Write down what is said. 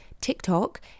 TikTok